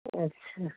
ਅੱਛਾ